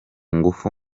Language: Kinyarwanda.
ngufu